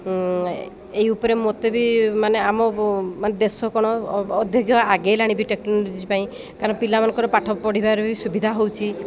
ଏଇ ଉପରେ ମୋତେ ବି ମାନେ ଆମ ମାନ ଦେଶ କ'ଣ ଅଧିକ ଆଗେଇଲାଣି ବିି ଟେକ୍ନୋଲୋଜି ପାଇଁ କାରଣ ପିଲାମାନଙ୍କର ପାଠ ପଢ଼ିବାରେ ବି ସୁବିଧା ହେଉଛି